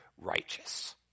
righteous